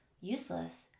useless